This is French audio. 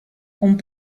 ont